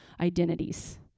identities